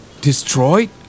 Destroyed